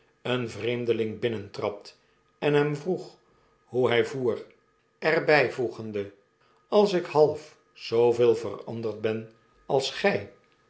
aen vreemdeling binnentrad en hem vroeg hoe hy voer er byvoegende a ls ik half zooveel veranderd ben als gy